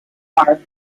park